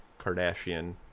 Kardashian